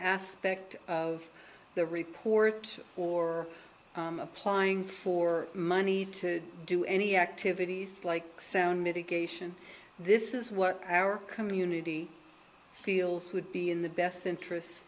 aspect of the report or applying for money to do any activities like sound mitigation this is what our community feels would be in the best interests